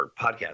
podcast